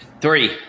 Three